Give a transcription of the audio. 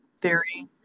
theory